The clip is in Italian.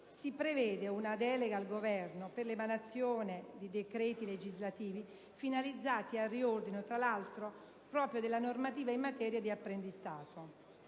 si prevede una delega al Governo per l'emanazione di decreti legislativi finalizzati al riordino, tra l'altro, proprio della normativa in materia di apprendistato.